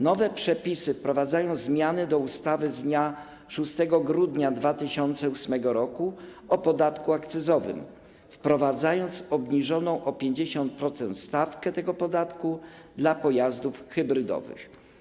Nowe przepisy zawierają zmiany do ustawy z dnia 6 grudnia 2008 r. o podatku akcyzowym, wprowadzając obniżoną o 50% stawkę tego podatku dla pojazdów hybrydowych.